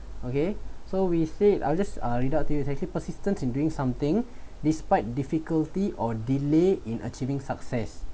okay so we said I'll just uh read out to you it's actually persistence in doing something despite difficulty or delay in achieving success